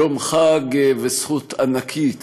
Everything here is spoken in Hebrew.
יום חג וזכות ענקית